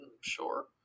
Sure